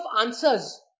answers